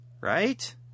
right